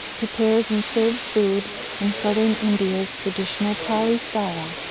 prepares and serves food in southern india's traditional tali style,